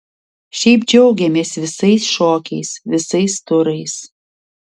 šiaip džiaugiamės visais šokiais visais turais